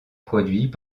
produit